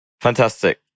Fantastic